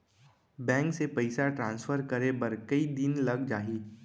Bank से पइसा transfer करे बर कई दिन लग जाही?